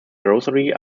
grocery